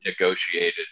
negotiated